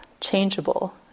changeable